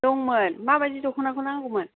दंमोन माबायदि दख'नाखौ नांगौमोन